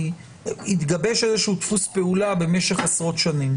התגבש איזה דפוס פעולה במשך עשרות שנים.